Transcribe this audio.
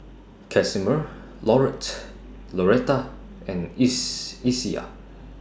Casimer Lauretta and IS Isiah